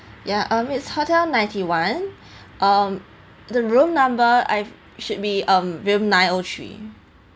ya um it's hotel ninety one um the room number I should be um room nine O three